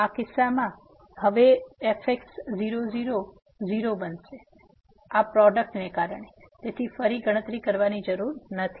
તેથી આ કિસ્સામાં અને હવે fx00 તેથી આ 0 બનશે આ પ્રોડક્ટ ને કારણે તેથી ફરી ગણતરી કરવાની જરૂર નથી